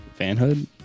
fanhood